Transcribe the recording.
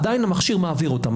עדיין המכשיר מעביר אותן,